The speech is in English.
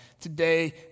Today